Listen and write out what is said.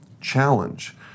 challenge